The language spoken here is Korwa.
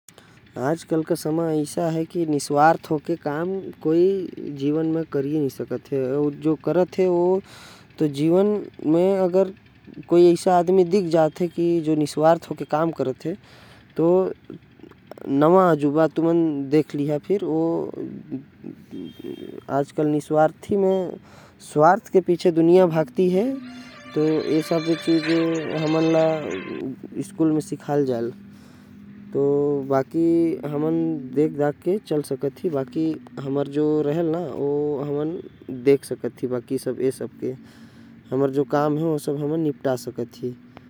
आज के समय म निस्वार्थ होकर कोइयो काम नई करेल। अगर कोई करत है तो ओ हर नौवा अजूबा हवे। आज के दुनिया स्वार्थ के पीछे भागथे। ओकर बिना कोई भी केकरो बर काम नही करथे।